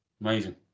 Amazing